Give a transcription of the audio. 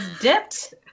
dipped